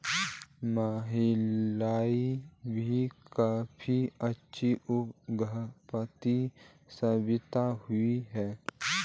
महिलाएं भी काफी अच्छी उद्योगपति साबित हुई हैं